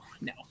no